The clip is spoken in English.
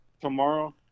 tomorrow